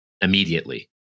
immediately